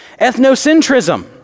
Ethnocentrism